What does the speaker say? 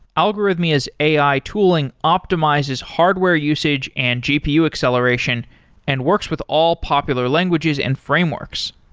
algorithmia's ai tooling optimizes hardware usage and gpu acceleration and works with all popular languages and frameworks.